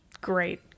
Great